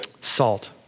Salt